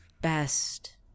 best